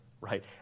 right